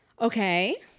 Okay